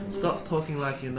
stop talking like you know.